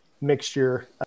mixture